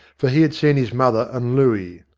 for he had seen his mother and looey.